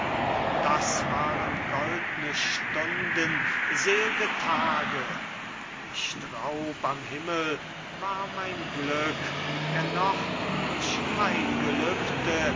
das waren goldne stunden sel'ge tage nicht raub am himmel war mein glück denn noch durch kein gelübde